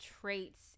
traits